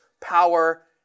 power